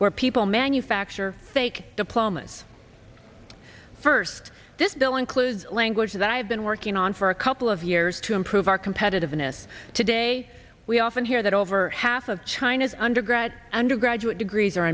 where people manufacture fake diplomas first this bill includes language that i have been working on for a couple of years to improve our competitiveness today we often hear that over half of china's undergrad undergraduate degrees